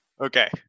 Okay